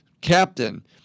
Captain